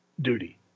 duty